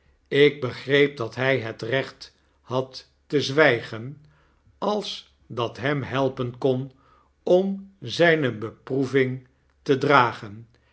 ik begreep dat hg het recht had te zwggen als dat hem helpen kon om zgne beproeving te dragen